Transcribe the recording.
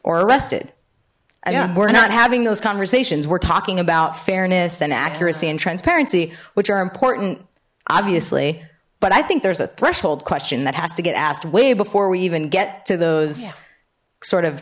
or arrested we're not having those conversations we're talking about fairness and accuracy and transparency which are important obviously but i think there's a threshold question that has to get asked way before we even get to those sort of